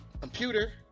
Computer